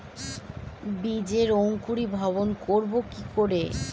বীজের অঙ্কুরিভবন করব কি করে?